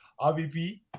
RBP